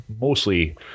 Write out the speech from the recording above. mostly